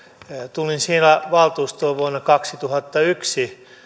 tulin siellä valtuustoon vuonna kaksituhattayksi